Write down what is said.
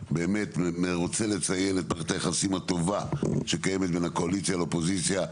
רוצה לציין את מערכת היחסים הטובה שקיימת בין הקואליציה לאופוזיציה,